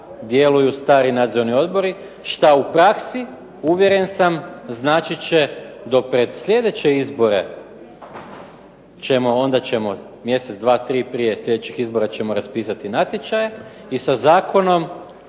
djeluju stari nadzorni odbori, što u praksi uvjeren sam značit će do pred sljedeće izbore onda ćemo mjesec, dva, tri prije sljedećih izbora ćemo raspisati natječaje i sa Zakonom